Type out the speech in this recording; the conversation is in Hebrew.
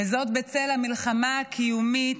וזאת בצל המלחמה הקיומית,